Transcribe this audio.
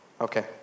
okay